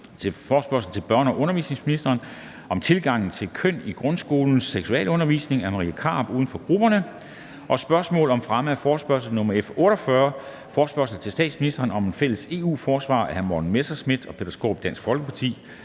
Forespørgsel til børne- og undervisningsministeren om tilgangen til køn i grundskolens seksualundervisning. Af Marie Krarup (UFG). (Anmeldelse 15.03.2022). 5) Spørgsmål om fremme af forespørgsel nr. F 48: Forespørgsel til statsministeren om et fælles EU-forsvar. Af Morten Messerschmidt (DF) og Peter Skaarup